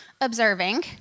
observing